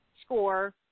score